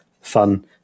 Fun